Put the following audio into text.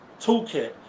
toolkit